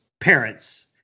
parents